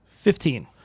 Fifteen